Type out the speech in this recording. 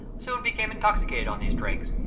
soon became intoxicated on these drinks,